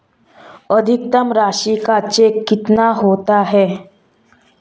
अधिकतम राशि का चेक कितना होता है?